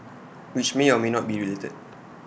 which may or may not be related